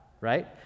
right